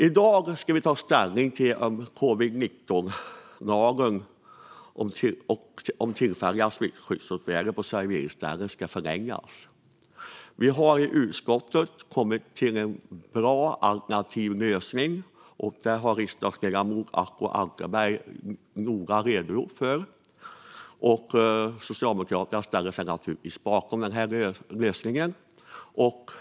I dag ska vi ta ställning till en förlängning av covid-19-lagen och tillfälliga smittskyddsåtgärder på serveringsställen. I utskottet har vi kommit fram till en bra alternativ lösning. Det har riksdagsledamoten Acko Ankarberg Johansson noga redogjort för. Socialdemokraterna ställer sig naturligtvis bakom denna lösning.